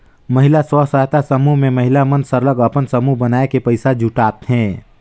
महिला स्व सहायता समूह में महिला मन सरलग अपन समूह बनाए के पइसा जुटाथें